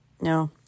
No